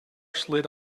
slid